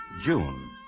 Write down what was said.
June